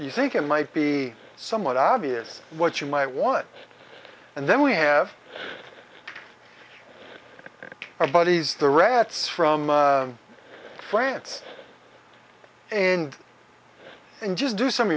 you think it might be somewhat obvious what you might want and then we have our buddies the rats from plants and and just do some of